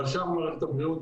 אבל שאר מערכת הבריאות,